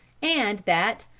and that,